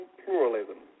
pluralism